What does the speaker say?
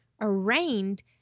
arraigned